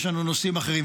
יש לנו נושאים אחרים.